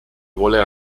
voler